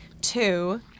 Two